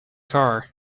car